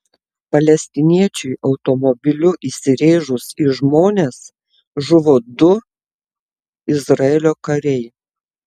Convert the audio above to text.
palestiniečiui automobiliu įsirėžus į žmonės žuvo du izraelio kariai